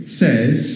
says